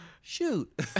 Shoot